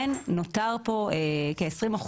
נותר פה צורך של כ-20%,